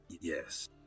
Yes